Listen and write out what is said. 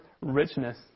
richness